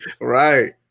Right